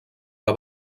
que